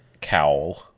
Cowl